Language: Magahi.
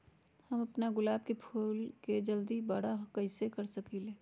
हम अपना गुलाब के फूल के जल्दी से बारा कईसे कर सकिंले?